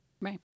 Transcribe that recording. Right